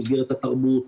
במסגרת התרבות,